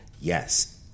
Yes